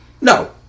No